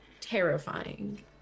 terrifying